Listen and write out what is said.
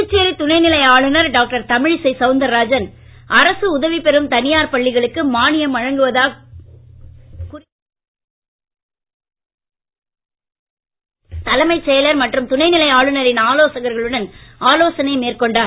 புதுச்சேரி துணைநிலை ஆளுநர் டாக்டர் தமிழிசை சவுந்தரராஜன் அரசு உதவி பெறும் தனியார் பள்ளிகளுக்கு மானியம் வழங்குவது குறித்து தலைமைச் செயலர் மற்றும் துணைநிலை ஆளுநரின் ஆலோசகர்களுடன் ஆலோசனை மேற்கொண்டார்